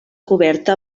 coberta